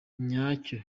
nyacyo